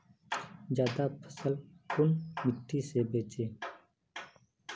ज्यादा फसल कुन मिट्टी से बेचे?